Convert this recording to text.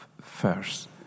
first